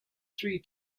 three